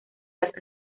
las